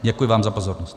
Děkuji vám za pozornost.